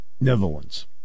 Netherlands